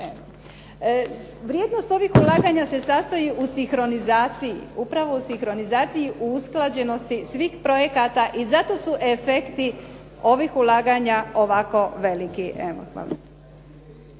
Vrijednost ovih ulaganja se sastoji u sinkronizaciji, upravo u sinkronizaciji u usklađenosti svih projekata i zato su efekti ovih ulaganja ovako veliki.